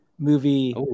Movie